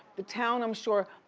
the town i'm sure,